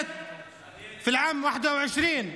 חוק איחוד המשפחות,